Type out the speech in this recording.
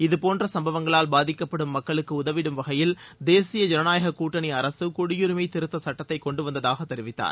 இதபோன்ற சும்பவங்களால் பாதிக்கப்படும் மக்களுக்கு உதவிடும் வகையில் தேசிய ஜனநாயக கூட்டணி அரசு குடியுரிமை திருத்தச் சட்டத்தை கொண்டு வந்ததாக தெரிவித்தார்